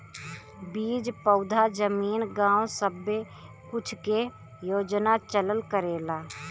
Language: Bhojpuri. बीज पउधा जमीन गाव सब्बे कुछ के योजना चलल करेला